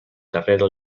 carrera